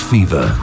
Fever